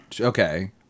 Okay